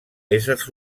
éssers